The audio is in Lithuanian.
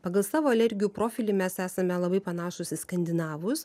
pagal savo alergijų profilį mes esame labai panašūs į skandinavus